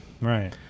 right